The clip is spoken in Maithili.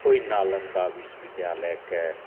ओहि नालन्दा विश्वविद्यालयके